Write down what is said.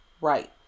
Right